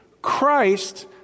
Christ